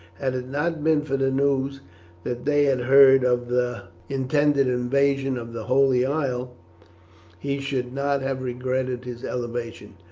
had it not been for the news that they had heard of the intended invasion of the holy isle he should not have regretted his elevation,